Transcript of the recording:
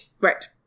Right